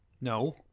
no